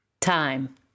time